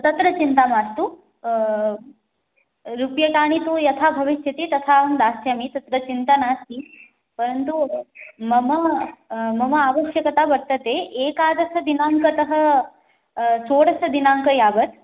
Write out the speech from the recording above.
तत्र चिन्ता मास्तु रूप्यकाणि तु यथा भविष्यन्ति तथा अहं दास्यामि तत्र चिन्ता नास्ति परन्तु मम मम आवश्यकता वर्तते एकादशदिनाङ्कतः षोडशदिनाङ्कं यावत्